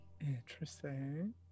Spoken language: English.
Interesting